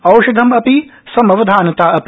औषधम् अपि समवधानता अपि